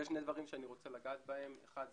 יש שני דברים שאני רוצה לגעת בהם: אחד,